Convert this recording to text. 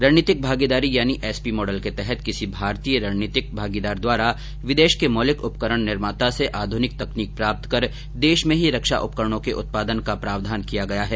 रणनीतिक भागीदारी यानी एसपी मॉडल के तहत किसी भारतीय रणनीतिक भागीदार द्वारा विदेश के मौलिक उपकरण निर्माता से आधूनिक तकनीक प्राप्त कर देश में ही रक्षा उपकरणों के उत्पादन का प्रावधान किया गया है